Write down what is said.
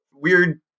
weird